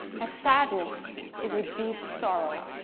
ah sadness is a deep sorrow,